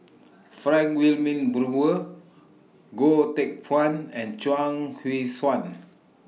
Frank Wilmin Brewer Goh Teck Phuan and Chuang Hui Tsuan